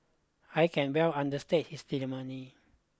I can well understand his